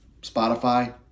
Spotify